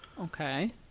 Okay